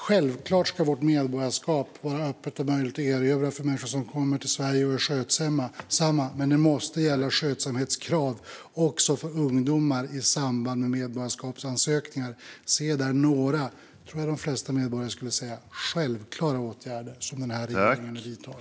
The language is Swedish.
Självklart ska vårt medborgarskap vara öppet och möjligt att erövra för människor som kommer till Sverige och är skötsamma, men skötsamhetskrav måste gälla också för ungdomar i samband med medborgarskapsansökningar. Det är några åtgärder - som jag tror att de flesta medborgare skulle kalla självklara - som denna regering vidtar.